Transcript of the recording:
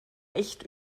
echt